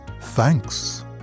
thanks